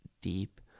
deep